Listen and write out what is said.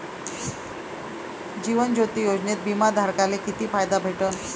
जीवन ज्योती योजनेत बिमा धारकाले किती फायदा भेटन?